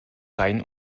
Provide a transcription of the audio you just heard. rein